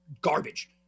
garbage